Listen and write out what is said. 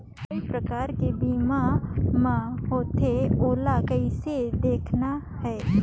काय प्रकार कर बीमा मा होथे? ओला कइसे देखना है?